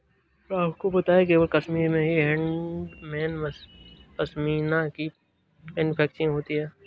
क्या आपको पता है केवल कश्मीर में ही हैंडमेड पश्मीना की मैन्युफैक्चरिंग होती है